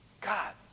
God